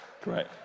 Great